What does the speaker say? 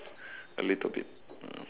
a little bit mm